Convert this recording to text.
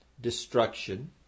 destruction